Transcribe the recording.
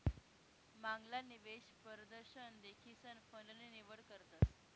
मांगला निवेश परदशन देखीसन फंड नी निवड करतस